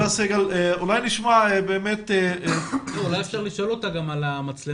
היא ממשרד ראש הממשלה ואולי אפשר לשאול אותה גם על המצלמות.